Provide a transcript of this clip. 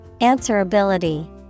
Answerability